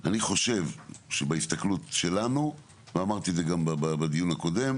אני חושב שבהסתכלות שלנו ואמרתי את זה גם בדיון הקודם,